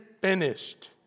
finished